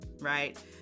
right